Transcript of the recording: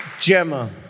Gemma